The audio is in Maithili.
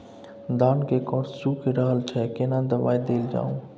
धान के कॉर सुइख रहल छैय केना दवाई देल जाऊ?